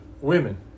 women